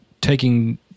taking